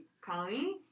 Colleen